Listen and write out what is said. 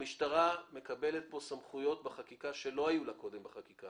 המשטרה מקבלת כאן סמכויות בחקיקה שלא היו לה קודם בחקיקה.